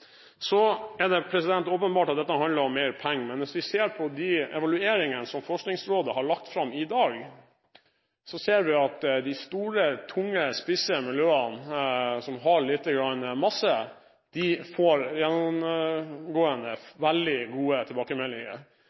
Så er det åpenbart at dette handler om mer penger. Men hvis vi ser på de evalueringene som Forskningsrådet har lagt fram i dag, får de store, tunge, spisse miljøene som har litt masse, gjennomgående veldig gode tilbakemeldinger.